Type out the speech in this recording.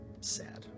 sad